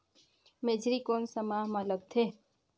मेझरी कोन सा माह मां लगथे